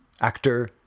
actor